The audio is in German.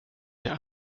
der